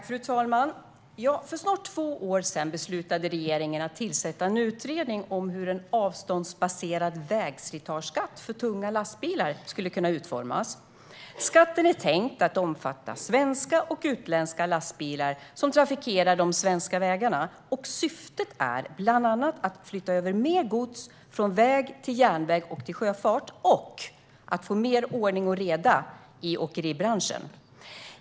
Fru talman! För snart två år sedan beslutade regeringen att tillsätta en utredning om hur en avståndsbaserad vägslitageskatt för tunga lastbilar skulle kunna utformas. Skatten är tänkt att omfatta svenska och utländska lastbilar som trafikerar de svenska vägarna. Syftet är bland annat att flytta över mer gods från väg till järnväg och sjöfart och att få mer ordning och reda i åkeribranschen.